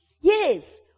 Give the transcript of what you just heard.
Yes